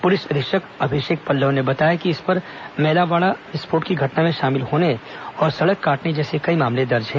police अधीक्षक अभिषेक पल्लव ने बताया कि इस पर मैलावाड़ा विस्फोट की घटना में शामिल होने और सड़क काटने जैसे कई मामले दर्ज हैं